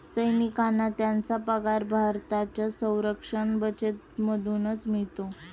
सैनिकांना त्यांचा पगार भारताच्या संरक्षण बजेटमधूनच मिळतो